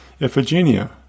Iphigenia